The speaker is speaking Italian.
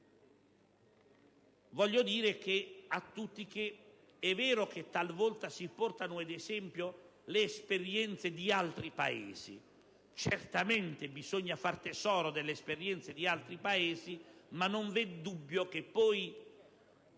Voglio dire a tutti che è vero che talvolta si portano ad esempio le esperienze di altri Paesi, che certamente bisogna far tesoro delle esperienze di altri Paesi, ma non v'è dubbio che le